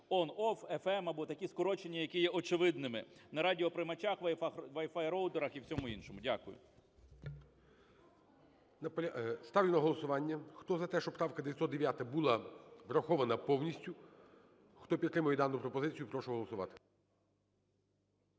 "FM" або такі скорочення, які є очевидними, на радіоприймачах, wi-fi-роутерах і в усьому іншому. Дякую. ГОЛОВУЮЧИЙ. Ставлю на голосування. Хто за те, щоб правка 909 була врахована повністю, хто підтримує дану пропозицію, прошу голосувати.